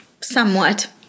somewhat